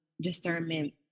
discernment